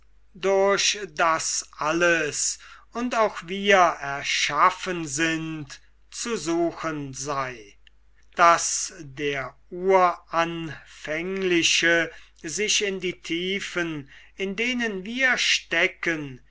durch das alles und auch wir erschaffen sind zu suchen sei daß der uranfängliche sich in die tiefen in denen wir stecken